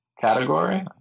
category